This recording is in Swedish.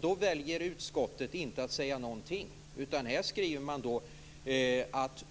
Då väljer utskottet att inte säga någonting. Här skriver man att